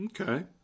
Okay